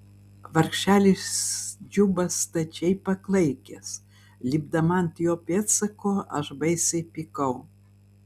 vargšelis džuba stačiai paklaikęs lipdama ant jo pėdsako aš baisiai pykau